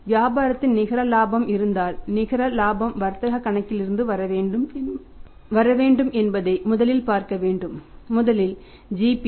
வியாபாரத்தில் நிகர இலாபம் இருந்தால் நிகர இலாபம் வர்த்தகக் கணக்கிலிருந்து வர வேண்டும் என்பதை முதலில் பார்த்தோம் முதலில் GP